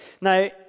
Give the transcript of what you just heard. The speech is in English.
Now